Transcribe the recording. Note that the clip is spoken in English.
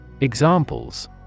Examples